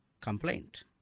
complaint